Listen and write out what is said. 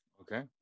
Okay